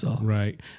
Right